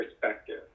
perspective